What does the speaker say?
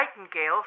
Nightingale